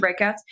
breakouts